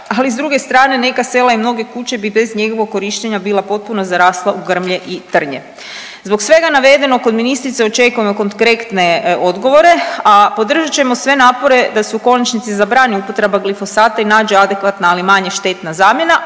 ali s druge strane, neka sela i mnoge kuće bi bez njegovog korištenja bila potpuno zarasla u grmlje i trnje. Zbog svega navedenog, od ministrice očekujemo konkrektne odgovore, a podržat ćemo sve napore da se u konačnici zabrani upotreba glifosata i nađe adekvatna, ali manje štetna zamjena,